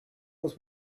was